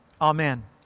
Amen